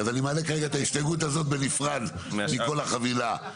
אני מעלה את ההסתייגות הזאת בנפרד מכל החבילה.